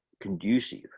conducive